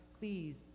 please